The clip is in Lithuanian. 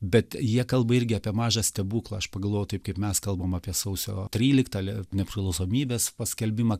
bet jie kalba irgi apie mažą stebuklą aš pagalvojau taip kaip mes kalbam apie sausio tryliktą nepriklausomybės paskelbimą